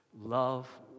Love